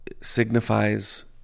signifies